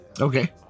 okay